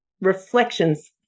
reflections